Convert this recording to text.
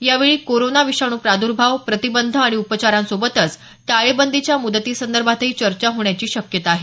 या वेळी कोरोना विषाणू प्रादुर्भाव प्रतिबंध आणि उपचारांसोबतच टाळेबंदीच्या मुदतीसंदर्भातही चर्चा होण्याची शक्यता आहे